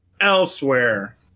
elsewhere